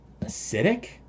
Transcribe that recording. acidic